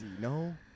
No